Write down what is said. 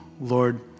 Lord